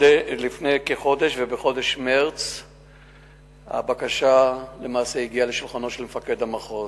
למעשה בחודש מרס הגיעה הבקשה לשולחנו של מפקד המחוז.